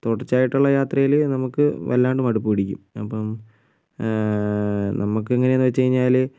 തുടർച്ചയായിട്ടുള്ള യാത്രയില് നമുക്ക് വല്ലാതെ മടുപ്പ് പിടിക്കും അപ്പം നമുക്ക് എങ്ങനെ ആണെന്ന് വെച്ചുകഴിഞ്ഞാൽ